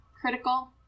critical